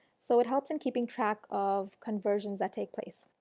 so it helps in keeping track of conversions that take place.